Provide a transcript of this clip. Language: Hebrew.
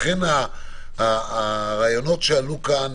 לכן הרעיונות שעלו כאן